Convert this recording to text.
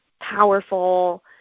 powerful